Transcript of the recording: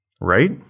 Right